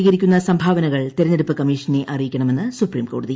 ലഭിക്കുന്ന സംഭാവനകളുടെ വിവരങ്ങൾ തെരഞ്ഞെടുപ്പ് കമ്മീഷനെ അറിയിക്കണമെന്ന് സുപ്രീംകോടതി